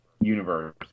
universe